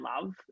love